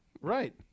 Right